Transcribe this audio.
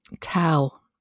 Tell